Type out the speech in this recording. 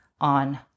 on